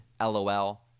lol